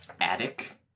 attic